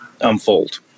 unfold